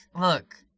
look